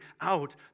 out